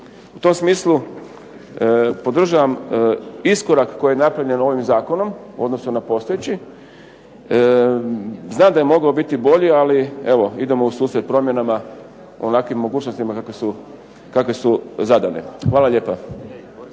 U tom smislu podržavam iskorak koji je napravljen ovim zakonom u odnosu na postojeći. Znam da je mogao biti bolji, ali evo idemo u susret promjenama ovakvim mogućnostima kakve su zadane. Hvala lijepa.